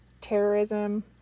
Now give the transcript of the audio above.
terrorism